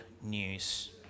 news